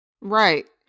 Right